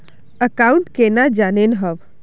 Account केना जाननेहव?